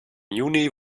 juni